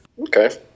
Okay